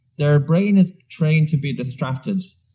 their brain is trained to be distracted,